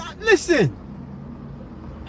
listen